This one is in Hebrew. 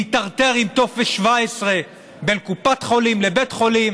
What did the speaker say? להיטרטר עם טופס 17 בין קופת חולים לבית חולים